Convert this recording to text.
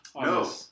No